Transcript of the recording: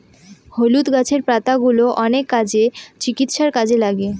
হলুদ গাছের পাতাগুলো অনেক কাজে, চিকিৎসার কাজে লাগে